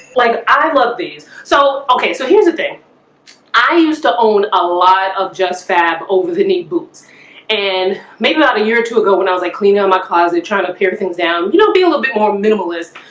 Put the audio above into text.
like i love these so, okay. so here's the thing i used to own a lot of justfab over-the-knee boots and make them out a year or two ago when i was like cleaning on my closet trying to pair things down you don't be a little bit more minimalist.